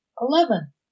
Eleven